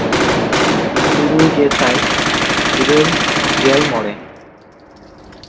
ᱛᱩᱨᱩᱭ ᱜᱮᱥᱟᱭ ᱤᱨᱟᱹᱞ ᱜᱮᱞ ᱢᱚᱬᱮ